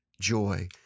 joy